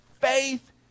faith